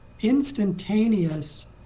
instantaneous